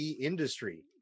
industry